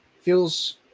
feels